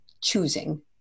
choosing